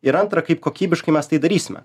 ir antra kaip kokybiškai mes tai darysime